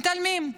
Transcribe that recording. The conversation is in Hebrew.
מתעלמים.